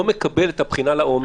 לא מקבל את הבחינה לעומק,